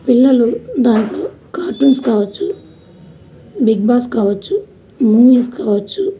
పిల్లలు దాంట్లో కార్టూన్స్ కావచ్చు బిగ్ బాస్ కావచ్చు మూవీస్ కావచ్చు